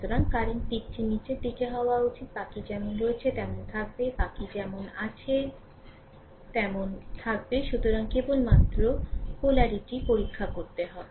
সুতরাং কারেন্ট দিকটি নীচের দিকে হওয়া উচিত বাকি যেমন রয়েছে তেমন থাকবে বাকি যেমন আছে তেমন থাকবে সুতরাং কেবলমাত্র মেরুত্ব পরীক্ষা করতে হবে